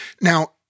Now